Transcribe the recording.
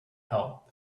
help